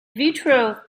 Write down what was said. vitro